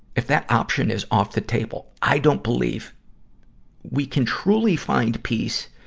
if that option is off the table, i don't believe we can truly find peace,